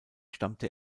stammte